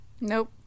Nope